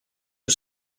que